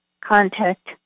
contact